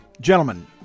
Gentlemen